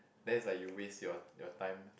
then is like you waste your your time